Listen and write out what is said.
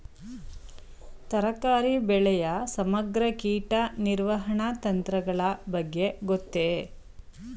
ತರಕಾರಿ ಬೆಳೆಯ ಸಮಗ್ರ ಕೀಟ ನಿರ್ವಹಣಾ ತಂತ್ರಗಳ ಬಗ್ಗೆ ಗೊತ್ತೇ?